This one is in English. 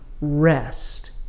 rest